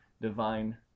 divine